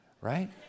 right